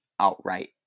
outright